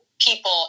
people